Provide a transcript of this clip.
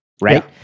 right